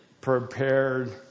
prepared